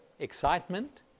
Excitement